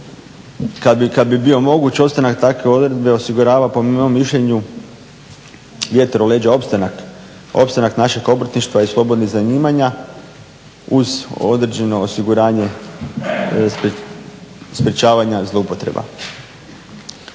Kada bi bio moguć ostanak takve odredbe osigurava po mom mišljenju vjetar u leđa opstanak našeg obrtništva i slobodnih zanimanja uz određeno osiguranje sprečavanja zloupotreba.